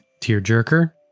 tearjerker